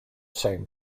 same